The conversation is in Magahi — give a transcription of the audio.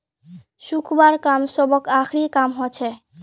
सुखव्वार काम सबस आखरी काम हछेक